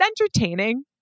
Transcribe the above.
entertaining